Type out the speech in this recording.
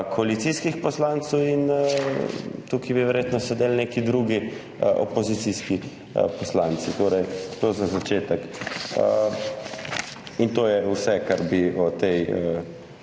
koalicijskih poslancev in bi tu verjetno sedeli neki drugi opozicijski poslanci. Toliko za začetek. In to je vse, kar bi o tej